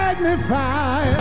Magnify